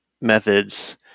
methods